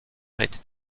était